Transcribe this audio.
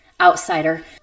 outsider